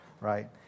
right